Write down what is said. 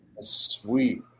sweet